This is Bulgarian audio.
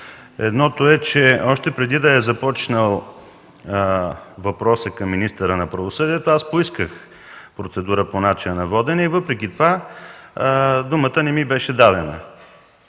Едното е, че още преди да е започнал въпросът към министъра на правосъдието, аз поисках процедура по начина на водене и въпреки това думата не ми беше дадена.